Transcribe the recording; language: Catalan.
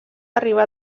arribar